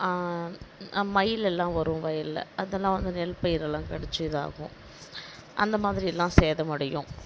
மயிலெல்லாம் வரும் வயலில் அதெல்லாம் வந்து நெல் பயிரெல்லாம் கடித்து இதாகும் அந்த மாதிரியெல்லாம் சேதம் அடையும்